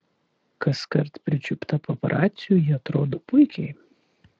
kaskart pričiupta paparacių ji atrodo puikiai